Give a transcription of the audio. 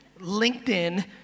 LinkedIn